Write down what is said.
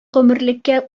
гомерлеккә